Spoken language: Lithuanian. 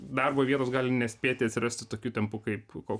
darbo vietos gali nespėti atsirasti tokiu tempu kaip ko